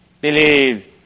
believe